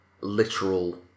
literal